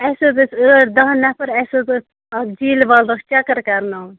اَسہِ حظ ٲسۍ ٲٹھ داہ نفر اَسہِ حظ ٲسۍ اَتھ جیٖلہِ وَلرَس چَکَر کرٕناوُن